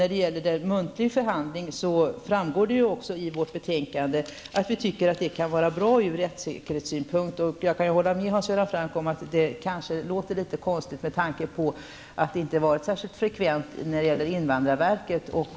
När det gäller frågan om muntlig förhandling framgår av utskottets betänkande att utskottet anser att sådan kan vara bra ur rättsäkerhetssynpunkt. Jag kan hålla med Hans Göran Franck om att det kanske låter litet konstigt med tanke på att förfarandet inte varit särskilt frekvent inom invandrarverket.